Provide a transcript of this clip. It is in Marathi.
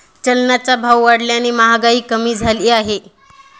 चलनाचा भाव वाढल्याने महागाई कमी झाली आहे